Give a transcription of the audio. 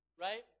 Right